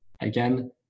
again